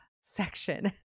section